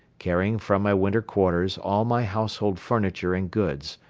carrying from my winter quarters all my household furniture and goods,